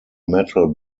metal